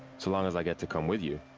so long as i get to come with you?